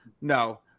no